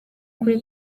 kuri